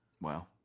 Wow